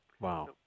Wow